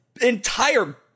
entire